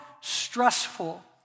stressful